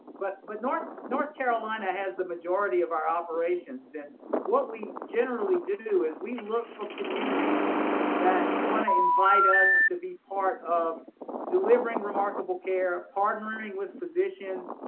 but but north north carolina has the majority of our operations. and what we generally do is we look for communities that wanna invite us to be part of delivering remarkable care, partnering with physicians,